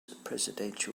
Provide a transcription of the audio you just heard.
presidential